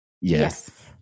Yes